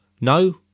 no